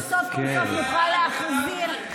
אני מקווה שסוף כל סוף נוכל להחזיר את אותם איזונים ובלמים.